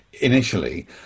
initially